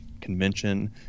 Convention